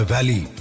Valley